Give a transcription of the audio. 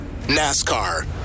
nascar